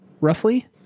roughly